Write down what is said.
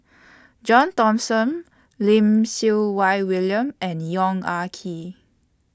John Thomson Lim Siew Wai William and Yong Ah Kee